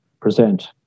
present